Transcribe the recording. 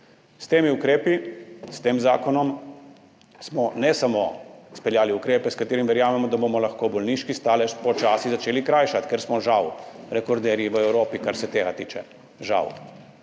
S temi ukrepi, s tem zakonom smo ne samo izpeljali ukrepe, s katerimi verjamemo, da bomo lahko bolniški stalež počasi začeli krajšati, ker smo žal rekorderji v Evropi, kar se tega tiče, žal,